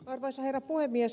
arvoisa herra puhemies